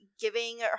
giving